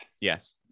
Yes